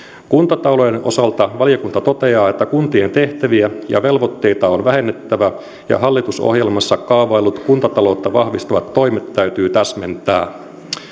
kuntatalouden osalta valiokunta toteaa että kuntien tehtäviä ja velvoitteita on vähennettävä ja hallitusohjelmassa kaavaillut kuntataloutta vahvistavat toimet täytyy täsmentää